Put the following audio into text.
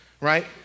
Right